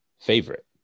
favorite